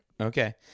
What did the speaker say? Okay